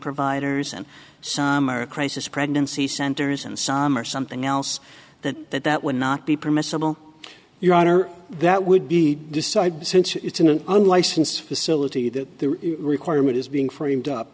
providers and some are crisis pregnancy centers and some are something else that that that would not be permissible your honor that would be decided since it's an unlicensed facility the requirement is being framed up